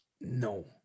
No